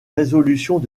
résolutions